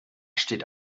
steht